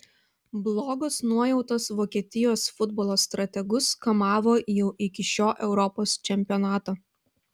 blogos nuojautos vokietijos futbolo strategus kamavo jau iki šio europos čempionato